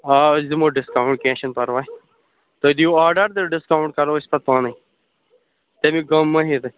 آ أسۍ دِمَو ڈِسکاوُنٛٹ کیٚنٛہہ چھُنہٕ پرواے تُہۍ دِیِو آرڈَر تہٕ ڈِسکاوُنٛٹ کَرَو أسۍ پتہٕ پانٕے تَمیُک غم مہٕ ہیٚیِو تُہۍ